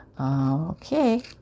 Okay